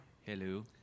hello